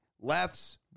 lefts